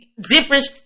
different